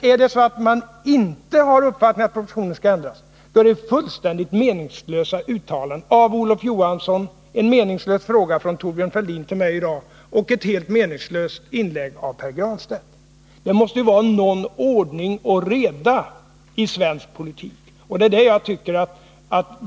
Är det så att man inte har uppfattningen att propositionen skall ändras, är uttalandena av Olof Johansson, frågan från Thorbjörn Fälldin till mig och inlägget av Pär Granstedt fullständigt meningslösa. Det måste vara någon ordning och reda i svensk politik.